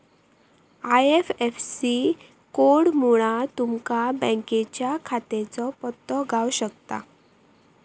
IFSC कोडमुळा तुमका बँकेच्या शाखेचो पत्तो गाव शकता